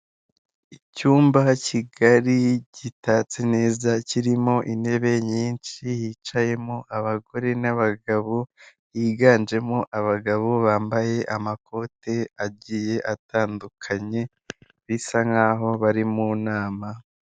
Icyumba kigari gitatse neza kirimo intebe nyishi, hicayemo abagore n'abagabo, higanjemo abagabo bambaye amakote agiye atandukanye bisa n'aho bari mu nama.